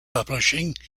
publishing